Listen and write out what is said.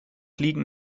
liegen